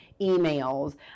emails